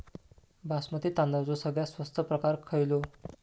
बासमती तांदळाचो सगळ्यात स्वस्त प्रकार खयलो?